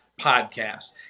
podcast